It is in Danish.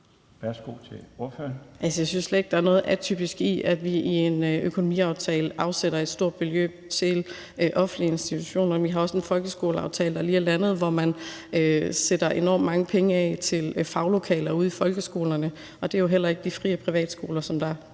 Jeg synes slet ikke, der er noget atypisk i, at vi i en økonomiaftale afsætter et stort beløb til offentlige institutioner. Vi har også lige landet en folkeskoleaftale, hvor man sætter enormt mange penge af til faglokaler ude i folkeskolerne, og det er jo heller ikke de frie skoler og